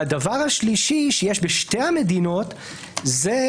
והדבר השלישי שיש בשתי המדינות זה